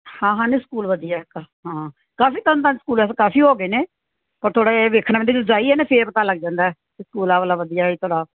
ਹਾਂ ਹਾਂ ਨਹੀਂ ਸਕੂਲ ਵਧੀਆ ਹਾਂ ਕਾਫੀ ਤਰਨ ਤਾਰਨ 'ਚ ਸਕੂਲ ਹੈਗੇ ਕਾਫੀ ਹੋ ਗਏ ਨੇ ਪਰ ਥੋੜ੍ਹਾ ਜਿਹਾ ਇਹ ਵੇਖਣਾ ਪੈਂਦਾ ਜਦੋਂ ਜਾਈਏ ਨਾ ਫਿਰ ਪਤਾ ਲੱਗ ਜਾਂਦਾ ਕਿ ਸਕੂਲ ਆਹ ਵਾਲਾ ਵਧੀਆ ਹੈ ਥੋੜ੍ਹਾ